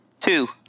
Two